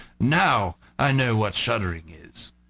now i know what shuddering is.